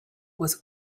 was